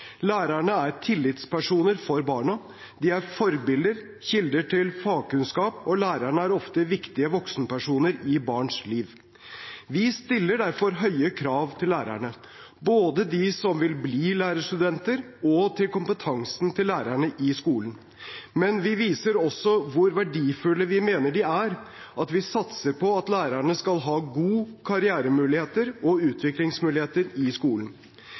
Lærerne er tillitspersoner for barna. De er forbilder, kilder til fagkunnskap og ofte viktige voksenpersoner i barns liv. Vi stiller derfor høye krav til lærerne, både til dem som vil bli lærerstudenter, og til kompetansen til lærerne i skolen, men vi viser også hvor verdifulle vi mener de er, ved at vi satser på at lærerne skal ha gode karrieremuligheter og utviklingsmuligheter i skolen.